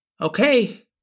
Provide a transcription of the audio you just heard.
okay